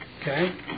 Okay